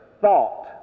thought